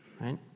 right